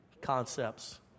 concepts